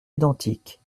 identique